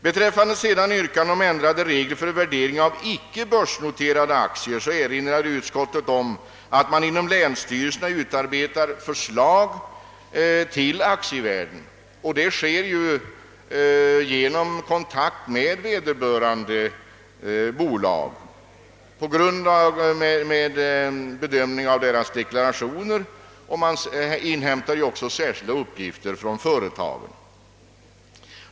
Beträffande yrkandena om ändrade regler för värdering av icke börsnoterade aktier erinrar utskottet om att förslag till aktievärden utarbetas inom länsstyrelserna med ledning av bolagens deklarationer. Man inhämtar också särskilda uppgifter från företagen.